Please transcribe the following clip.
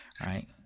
right